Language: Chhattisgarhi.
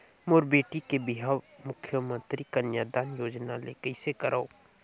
मोर बेटी के बिहाव मुख्यमंतरी कन्यादान योजना ले कइसे करव?